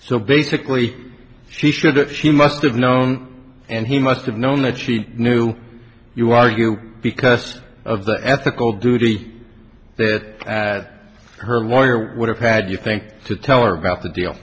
so basically she showed that she must have known and he must have known that she knew you argue because of the ethical duty her lawyer would have had you think to tell her about the deal